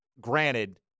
granted